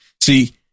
See